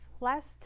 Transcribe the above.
last